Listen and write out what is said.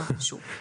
לא קשור.